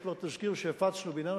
יש כבר תזכיר שהפצנו בעניין,